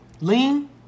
Lean